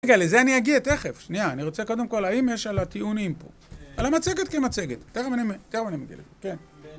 רגע, לזה אני אגיע תכף, שנייה, אני רוצה קודם כל, האם יש על הטיעונים פה, על המצגת כמצגת, תכף אני מגיע, כן.